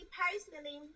personally